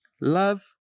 Love